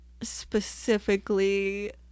specifically